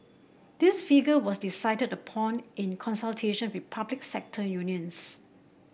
this figure was decided upon in consultation with public sector unions